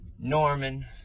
Norman